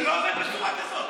זה לא עובד בצורה כזאת.